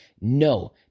no